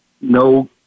no